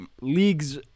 leagues